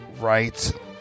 right